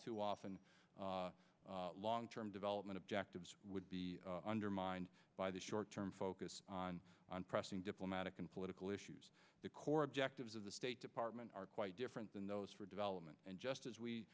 too often long term development objectives would be undermined by the short term focus on on pressing diplomatic and political issues the core objectives of the state department are quite different than those for development and just